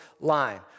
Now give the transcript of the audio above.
line